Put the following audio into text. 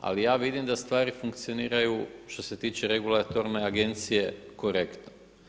Ali ja vidim da stvari funkcioniraju što se tiče regulatorne agencije korektno.